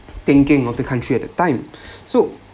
thinking of the country at a time so